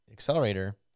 accelerator